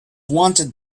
wanted